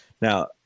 Now